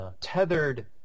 tethered